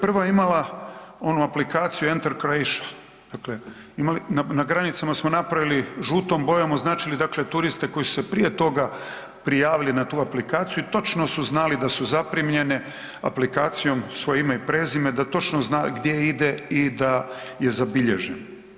Prva je imala onu aplikaciju „Enter Croatia“, na granicama smo napravili žutom bojom označili turiste koji su se prije toga prijavili na tu aplikaciju i točno su znali da su zaprimljene aplikacijom svoje ime i prezime da točno zna gdje ide i da je zabilježen.